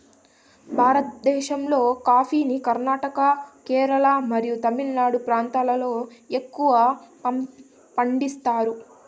భారతదేశంలోని కాఫీని కర్ణాటక, కేరళ మరియు తమిళనాడు ప్రాంతాలలో ఎక్కువగా పండిస్తారు